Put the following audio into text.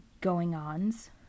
going-ons